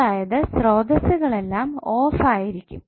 അതായത് സ്രോതസ്സുകളെല്ലാം ഓഫ് ആയിരിക്കും